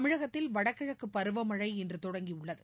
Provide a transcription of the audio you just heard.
தமிழகத்தில் வடகிழக்கு பருவமழை இன்று தொடங்கியுள்ளது